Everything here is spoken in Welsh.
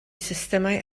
systemau